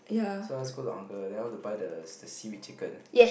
so I just go to uncle and then I want to buy the the seaweed chicken